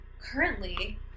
currently